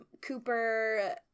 Cooper